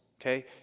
okay